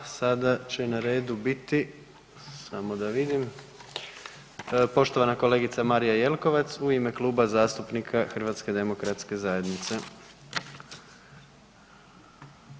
Sada će na redu biti, samo da vidim, poštovana kolegica Marija Jelkovac u ime Kluba zastupnika HDZ-a.